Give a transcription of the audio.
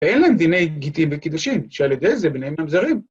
ואין להם דיני גיטים וקידושים, שעל ידי זה בניהם ממזרים.